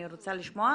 אני רוצה לשמוע,